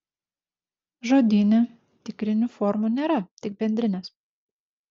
žodyne tikrinių formų nėra tik bendrinės